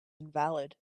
invalid